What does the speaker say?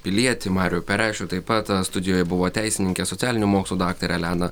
pilietį marių pareščių taip pat studijoj buvo teisininkė socialinių mokslų daktarė elena